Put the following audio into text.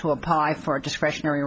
to apply for a discretionary